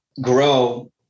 grow